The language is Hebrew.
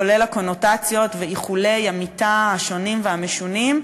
כולל הקונוטציות ואיחולי המיתה השונים והמשונים,